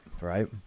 right